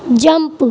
jump